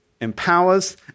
empowers